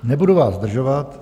Nebudu vás zdržovat.